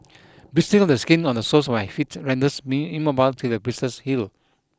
blistering of the skin on the soles my feet renders me immobile till the blisters heal